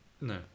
no